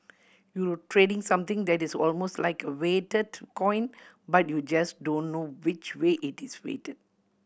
you're trading something that is almost like a weighted coin but you just don't know which way it is weighted